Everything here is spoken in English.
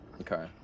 Okay